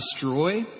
destroy